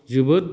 जोबोद